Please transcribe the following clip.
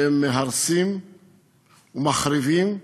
שהם מהרסים ומחריבים מבית,